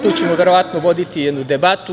Tu ćemo verovatno voditi jednu debatu.